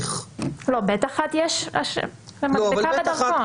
באשרה ב/1 יש מדבקה בדרכון.